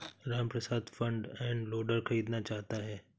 Ramprasad front end loader खरीदना चाहता है